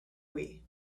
wii